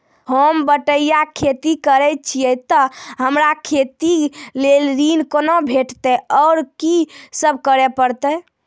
होम बटैया खेती करै छियै तऽ हमरा खेती लेल ऋण कुना भेंटते, आर कि सब करें परतै?